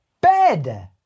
bed